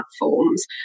platforms